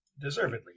Deservedly